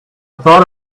thought